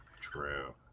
True